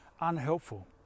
unhelpful